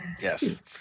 Yes